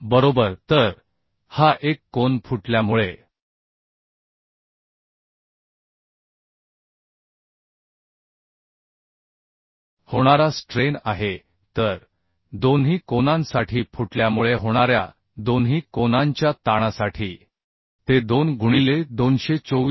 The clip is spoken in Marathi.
बरोबर तर हा एक कोन फुटल्यामुळे होणारा स्ट्रेन आहे तर दोन्ही कोनांसाठी फुटल्यामुळे होणाऱ्या दोन्ही कोनांच्या ताणासाठी ते 2 गुणिले 224